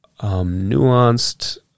nuanced